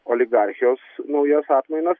oligarchijos naujas atmainas